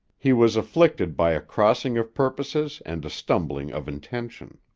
he was afflicted by a crossing of purposes and a stumbling of intention.